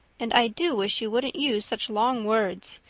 and i do wish you wouldn't use such long words.